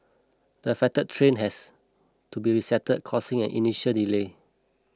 the affected train has to be reset causing an initial delay